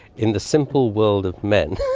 in the simple world of men,